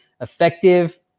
Effective